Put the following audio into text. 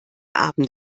abend